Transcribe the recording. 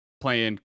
playing